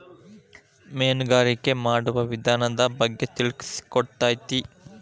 ಮೇನುಗಾರಿಕೆ ಮಾಡುವ ವಿಧಾನದ ಬಗ್ಗೆ ತಿಳಿಸಿಕೊಡತತಿ